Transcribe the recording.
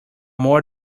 more